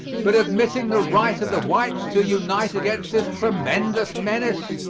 but admitting the right of the whites to unite against this tremendous menace,